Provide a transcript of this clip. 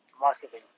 marketing